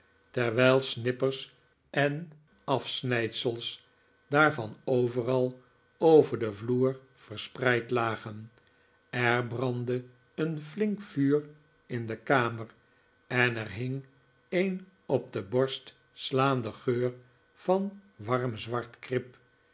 terwijl snippers en afsnijdsels daarvan overal over den vloer verspreid lagen er brandde een flink vuur in de kamer en er hing een op de borst slaande geur van warm zwart krip